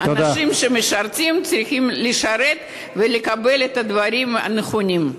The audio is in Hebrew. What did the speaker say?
אנשים שמשרתים צריכים לשרת ולקבל את הדברים הנכונים.